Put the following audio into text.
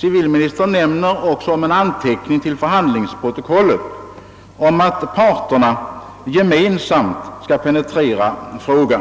Civilministern omnämner också en anteckning till förhandlingsprotokollet om att parterna gemensamt skall penetrera frågan.